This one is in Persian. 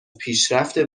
پیشرفت